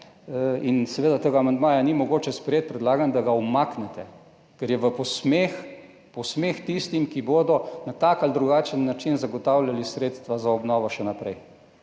Seveda tega amandmaja ni mogoče sprejeti. Predlagam, da ga umaknete, ker je v posmeh, v posmeh tistim, ki bodo na tak ali drugačen način zagotavljali sredstva za obnovo še naprej.